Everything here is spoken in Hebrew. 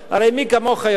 הרי מי כמוך יודע,